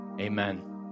amen